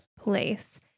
place